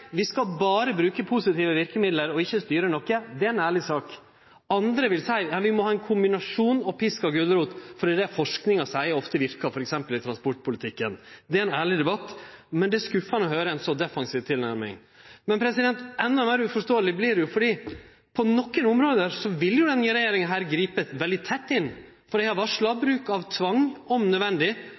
vi berre skal bruke positive verkemiddel og ikkje styre noko. Det er ein ærleg sak. Andre vil seie at vi må ha ein kombinasjon av pisk og gulrot, for det er det som forskinga seier at ofte verkar, f.eks. i transportpolitikken. Det er ein ærleg debatt, men det er skuffande å høyre ei så defensiv tilnærming. Enda meir uforståeleg blir det når ein veit at på nokre område vil jo denne regjeringa gripe veldig sterkt inn: Dei har varsla bruk av tvang, om